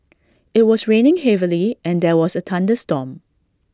IT was raining heavily and there was A thunderstorm